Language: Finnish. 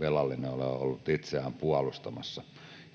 velallinen ole ollut itseään puolustamassa.